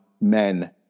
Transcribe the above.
men